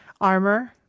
Armor